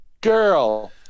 girl